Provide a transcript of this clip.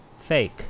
Fake